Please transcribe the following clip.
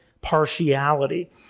partiality